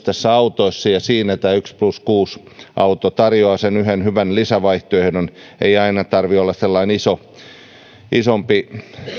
näissä autoissa ja siinä tämä yksi plus kuusi auto tarjoaa sen yhden hyvän lisävaihtoehdon ei aina tarvitse olla sellainen isompi